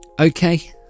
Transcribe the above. okay